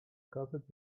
gazet